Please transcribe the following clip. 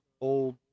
old